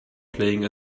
playing